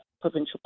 Provincial